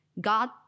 God